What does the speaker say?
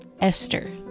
Esther